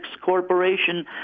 Corporation